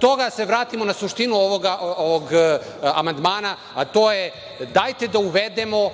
toga, da se vratimo na suštinu ovog amandmana, a to je – dajte da uvedemo